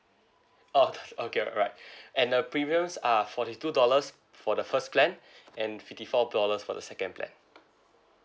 orh okay alright and the premiums are forty two dollars for the first plan and fifty four dollars for the second plan